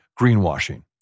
greenwashing